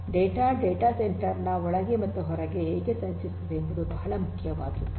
data data center ನ ಒಳಗೆ ಮತ್ತು ಹೊರಗೆ ಹೇಗೆ ಸಂಚರಿಸುತ್ತದೆ ಎಂಬುದು ಬಹಳ ಮುಖ್ಯವಾದದ್ದು